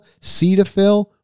Cetaphil